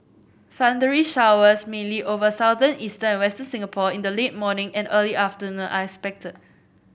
thundery showers mainly over southern eastern and western Singapore in the late morning and early afternoon are expected